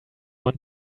want